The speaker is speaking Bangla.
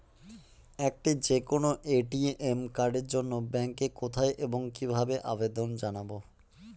একটি যে কোনো এ.টি.এম কার্ডের জন্য ব্যাংকে কোথায় এবং কিভাবে আবেদন জানাব?